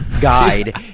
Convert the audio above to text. guide